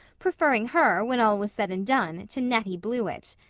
preferring her, when all was said and done, to nettie blewett.